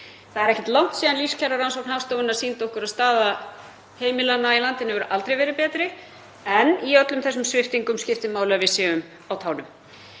Það er ekkert langt síðan lífskjararannsókn Hagstofunnar sýndi okkur að staða heimilanna í landinu hefur aldrei verið betri, en í öllum þessum sviptingum skiptir máli að við séum á tánum,